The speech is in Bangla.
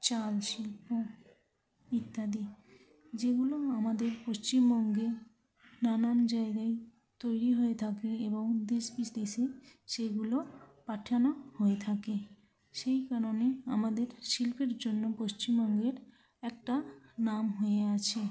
চাল শিল্প ইত্যাদি যেগুলো আমাদের পশ্চিমবঙ্গে নানান জায়গায় তৈরি হয়ে থাকে এবং দেশ বিদেশে সেগুলো পাঠানো হয়ে থাকে সেই কারণে আমাদের শিল্পের জন্য পশ্চিমবঙ্গের একটা নাম হয়ে আছে